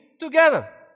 together